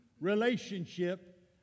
relationship